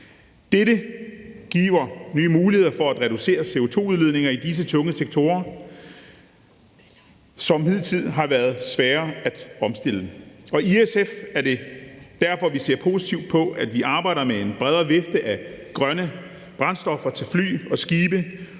Dette giver nye muligheder for at reducere CO2-udledninger i disse tunge sektorer, som hidtil har været svære at omstille. Derfor ser vi i SF positivt på, at vi arbejder med en bredere vifte af grønne brændstoffer til fly og skibe